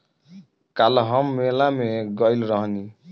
काल्ह हम मेला में गइल रहनी